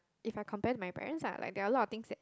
if I compare to my parents ah like there a lot of things that